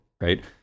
right